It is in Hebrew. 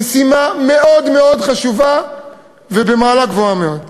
משימה מאוד מאוד חשובה ובמעלה גבוהה מאוד.